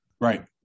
Right